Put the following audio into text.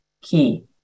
key